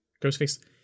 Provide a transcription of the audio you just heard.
Ghostface